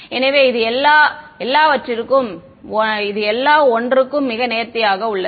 எனவே இது எல்லா 1 க்கும் மிக நேர்த்தியாக உள்ளது